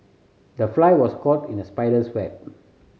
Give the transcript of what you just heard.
the fly was caught in a spider's web